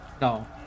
No